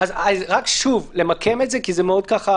רק למקם את זה, כי זה מאוד מפותל.